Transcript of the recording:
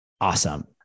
awesome